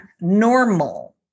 normal